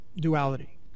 duality